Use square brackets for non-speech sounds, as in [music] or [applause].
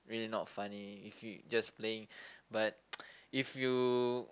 really not funny if you just playing but [noise] if you